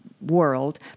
World